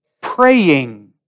praying